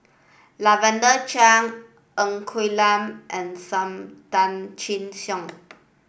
Lavender Chang Ng Quee Lam and Sam Tan Chin Siong